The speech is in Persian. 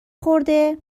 خورده